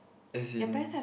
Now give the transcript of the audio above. as in